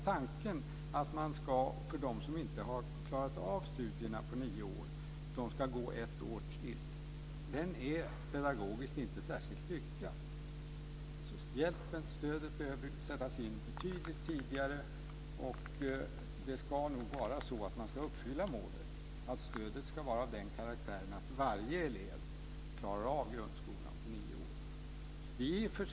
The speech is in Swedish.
Tanken att de som inte har klarat av studierna på nio år ska gå ett år till är pedagogiskt inte särskilt lyckad. Hjälpen och stödet behöver sättas in betydligt tidigare. Stödet ska vara av den karaktären att varje elev klarar av grundskolan på nio år.